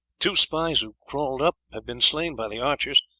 two spies who crawled up have been slain by the archers.